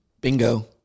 bingo